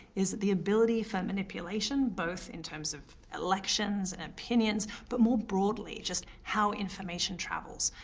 is that the ability for manipulation, both in terms of elections and opinions, but more broadly, just how information travels,